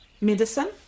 medicine